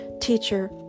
teacher